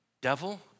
devil